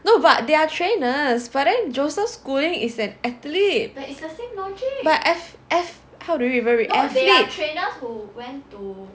no but they are trainers but joseph schooling is an athlete but ath~ ath~ how do you even read athlete